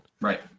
Right